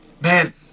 man